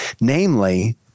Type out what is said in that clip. Namely